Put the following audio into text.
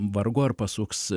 vargu ar pasuks